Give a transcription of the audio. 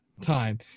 time